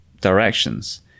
directions